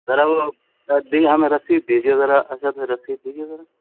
ذرا وہ دی ہمیں رسید دیجیے ذرا ارشد بھائی رشید دیجیے ذرا